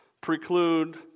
preclude